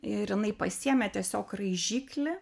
ir jinai pasiėmė tiesiog raižiklį